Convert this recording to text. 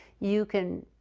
you can